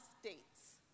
states